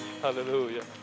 Hallelujah